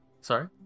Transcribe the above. Sorry